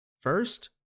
first